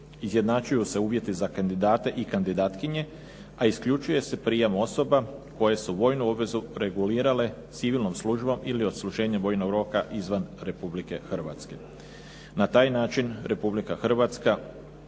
Izjednačuju se uvjeti za kandidate i kandidatkinje, a isključuje se prijam osoba koje su vojnu obvezu regulirale civilnom službom ili odsluženjem vojnog roka izvan Republike Hrvatske. Na taj način Republika Hrvatska